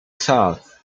south